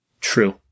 True